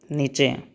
नीचे